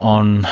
on